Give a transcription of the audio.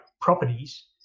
properties